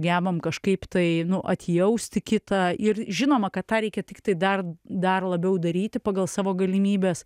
gebam kažkaip tai nu atjausti kitą ir žinoma kad tą reikia tiktai dar dar labiau daryti pagal savo galimybes